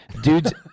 Dude's